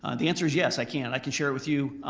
ah the answer is yes, i can, i can share it with you.